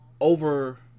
over